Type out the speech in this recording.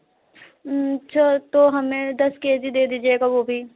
अच्छा तो हमें दस केजी दे दीजिएगा वह भी